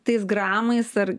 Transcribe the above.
tais gramais ar